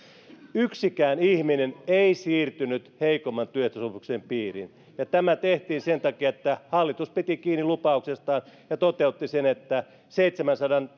yksikään ihminen ei siirtynyt heikomman työehtosopimuksen piiriin ja tämä tehtiin sen takia että hallitus piti kiinni lupauksestaan ja toteutti sen että seitsemänsadan